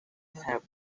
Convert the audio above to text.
have